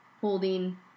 holding